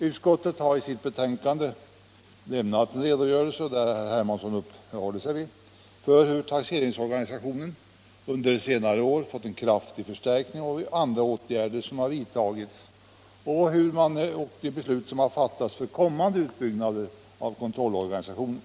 Utskottet lämnar i sitt betänkande en redogörelse — herr Hermansson har uppehållit sig vid den — för hur taxeringsorganisationen under senare år fått en kraftig förstärkning, vilka andra åtgärder som har vidtagits och vilka beslut som har fattats om kommande utbyggnader av kontrollorganisationen.